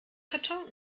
karton